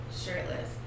shirtless